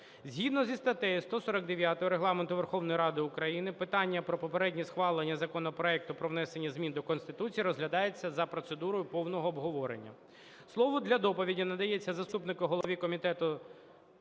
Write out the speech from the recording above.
Згідно зі статтею 149 Регламенту Верховної Ради України питання про попереднє схвалення законопроекту про внесення змін до Конституції розглядається за процедурою повного обговорення. Слово для доповіді надається заступнику голові Комітету